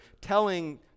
telling